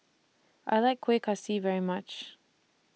I like Kueh Kaswi very much